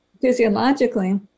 physiologically